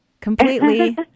completely